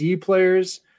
players